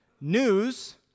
News